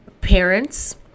parents